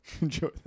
Enjoy